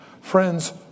friends